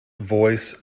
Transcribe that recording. voice